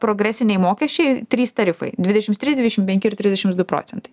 progresiniai mokesčiai trys tarifai dvidešims trys dvidešim penki ir trisdešims du procentai